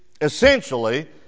essentially